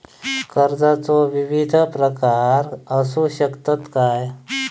कर्जाचो विविध प्रकार असु शकतत काय?